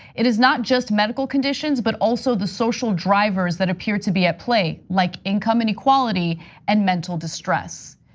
it is not just medical conditions but also the social drivers that appear to be at play, like income inequality and mental distress.